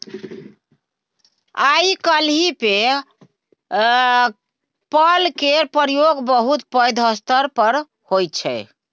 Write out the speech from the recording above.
आइ काल्हि PayPal केर प्रयोग बहुत पैघ स्तर पर होइ छै